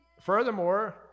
Furthermore